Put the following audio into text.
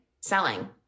Selling